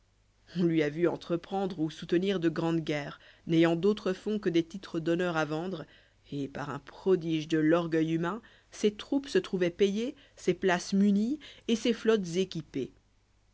on lui a vu entreprendre ou soutenir de grandes guerres n'ayant d'autres fonds que des titres d'honneur à vendre et par un prodige de l'orgueil humain ses troupes se trouvoient payées ses places munies et ses flottes équipées